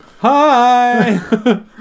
Hi